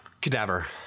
Cadaver